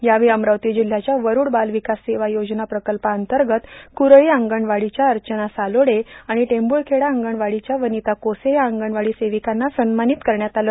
यावेळी अमरावती जिल्हयात वरूड बाल र्विकास सेवा योजना प्रकल्पांतगत कुरळी अंगणवाडीच्या अचना सालोडे आर्गण टभुलखेडा अंगणवाडीच्या वर्वानता कोसे या अंगणवाडी र्सोवकांना सन्मानीत करण्यात आलं